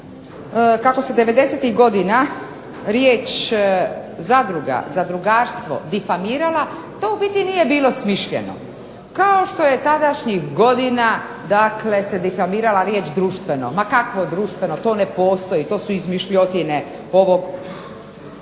kako se '90.-ih godina riječ zadruga, zadrugarstvo difamirala, to u biti nije bilo smišljeno kao što se tadašnjih godina difamirala riječ društveno. Ma kakvo društveno, to ne postoji to su izmišljotine ovog